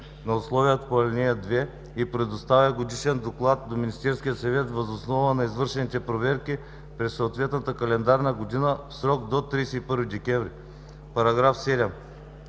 на условието по ал. 2 и предоставя годишен доклад до Министерския съвет въз основа на извършени проверки през съответната календарна година в срок до 31 декември.“